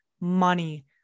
money